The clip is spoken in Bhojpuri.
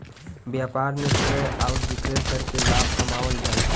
व्यापार में क्रय आउर विक्रय करके लाभ कमावल जाला